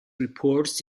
reports